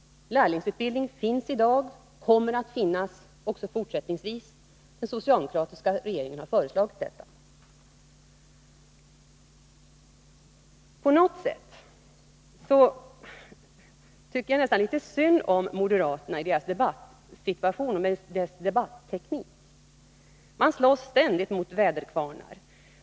Lärlingsutbildning finns i dag och kommer att finnas också fortsättningsvis. Den socialdemokratiska regeringen har redan föreslagit detta. På något sätt tycker jag nästan litet synd om moderaterna i deras debattsituation och med deras debatteknik. Man slåss ständigt mot väderkvarnar.